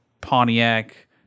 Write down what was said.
Pontiac